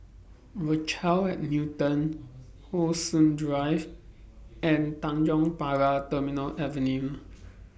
Rochelle At Newton How Sun Drive and Tanjong Pagar Terminal Avenue